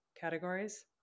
categories